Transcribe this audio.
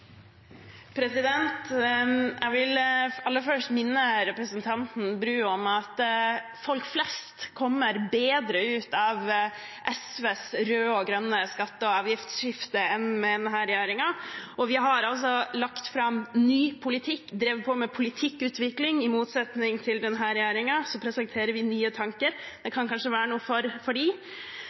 Jeg vil aller først minne representanten Bru om at folk flest kommer bedre ut med SVs røde og grønne skatte- og avgiftsskifte enn med denne regjeringen, og vi har lagt fram ny politikk, drevet på med politikkutvikling. I motsetning til denne regjeringen presenterer vi nye tanker. Det kan kanskje være noe for dem. Men det jeg egentlig tok replikk på, er klimarisiko. For